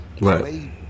Right